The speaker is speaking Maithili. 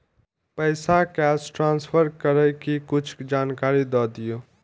पैसा कैश ट्रांसफर करऐ कि कुछ जानकारी द दिअ